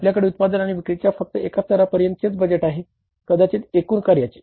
आपल्याकडे उत्पादन आणि विक्रीच्या फक्त एका स्तरापर्यंतचे बजेट आहे कदाचित एकूण कार्याचे